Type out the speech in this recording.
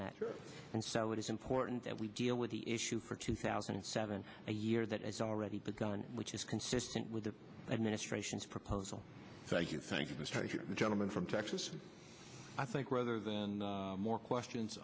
that and so it is important that we deal with the issue for two thousand and seven a year that has already begun which is consistent with the administration's proposal so i thank the gentleman from texas i think rather than more questions